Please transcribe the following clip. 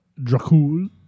Dracul